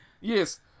Yes